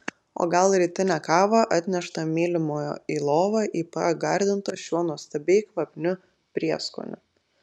o gal rytinę kavą atneštą mylimojo į lovą į pagardintą šiuo nuostabiai kvapniu prieskoniu